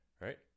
right